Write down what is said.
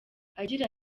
agira